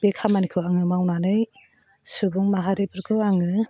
बे खामानिखौ आङो मावनानै सुबुं माहारिफोरखौ आङो